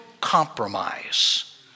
compromise